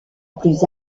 plus